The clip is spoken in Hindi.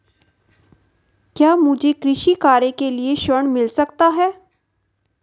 क्या मुझे कृषि कार्य के लिए ऋण मिल सकता है?